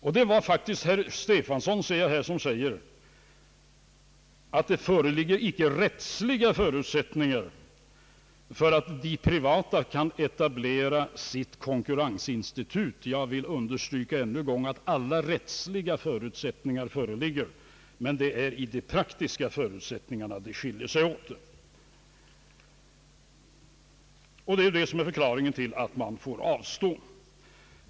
Jag ser i mina anteckningar att det faktiskt var herr Stefanson som sade, att det icke föreligger rättsliga förutsättningar för att de privata skall kunna etablera sitt konkurrensinstitut. Jag vill än en gång understryka, att alla rättsliga förutsättningar föreligger. Det är i de praktiska förutsättningarna som det skiljer sig åt och det är det som är förklaringen till att man får avstå.